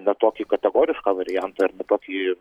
ne tokį kategorišką variantą ir bet tokį